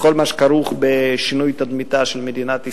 בכל מה שכרוך בשינוי תדמיתה של מדינת ישראל.